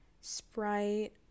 Sprite